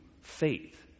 Faith